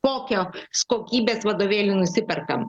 kokios kokybės vadovėlį nusiperkam